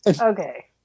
Okay